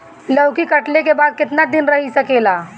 लौकी कटले के बाद केतना दिन रही सकेला?